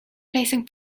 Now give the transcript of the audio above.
placing